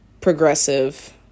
progressive